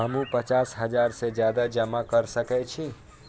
हमू पचास हजार से ज्यादा जमा कर सके छी?